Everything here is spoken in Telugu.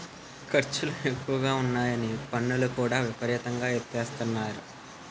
ఖర్చులు ఎక్కువగా ఉన్నాయని పన్నులు కూడా విపరీతంగా ఎసేత్తన్నారు